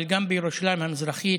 אבל גם בירושלים המזרחית,